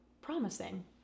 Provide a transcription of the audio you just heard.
promising